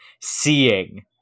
seeing